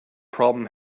problem